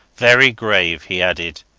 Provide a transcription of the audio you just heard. very grave, he added,